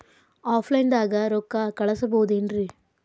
Offline ದಾಗ ರೊಕ್ಕ ಕಳಸಬಹುದೇನ್ರಿ?